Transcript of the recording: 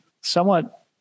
somewhat